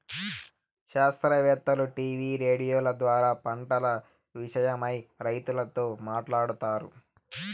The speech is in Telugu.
శాస్త్రవేత్తలు టీవీ రేడియోల ద్వారా పంటల విషయమై రైతులతో మాట్లాడుతారు